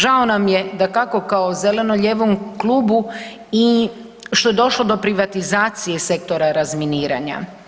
Žao nam je dakako kao zeleno-lijevom klubu i što je došlo do privatizacije sektora razminiranja.